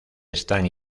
están